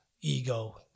ego